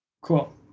Cool